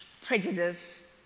prejudice